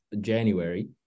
January